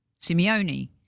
Simeone